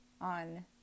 on